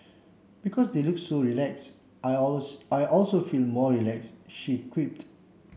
because they look so relaxed I also feel more relaxed she quipped